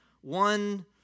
one